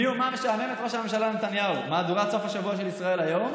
מי או מה משעמם את ראש הממשלה נתניהו: מהדורת סוף השבוע של ישראל היום,